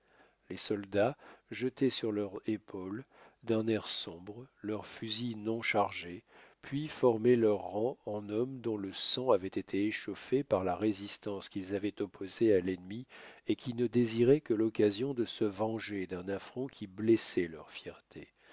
les soldats jetaient sur leur épaule d'un air sombre leur fusil non chargé puis formaient leurs rangs en hommes dont le sang avait été échauffé par la résistance qu'ils avaient opposée à l'ennemi et qui ne désiraient que l'occasion de se venger d'un affront qui blessait leur fierté